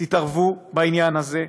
תתערבו בעניין הזה,